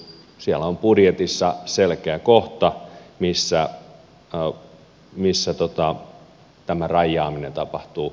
siellä on budjetissa selkeä kohta missä tämä raijaaminen tapahtuu ulospäin